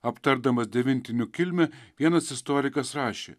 aptardamas devintinių kilmę vienas istorikas rašė